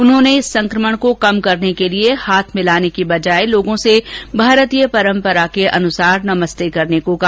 उन्होंने इस संक्रमण को कम करने के लिए हाथ मिलाने की बजाय लोगों से भारतीय परम्परा के अनुसार नमस्ते कहने को कहा